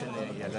זה שונה.